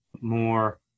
more